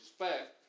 respect